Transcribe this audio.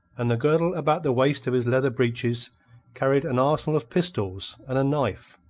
and the girdle about the waist of his leather breeches carried an arsenal of pistols and a knife,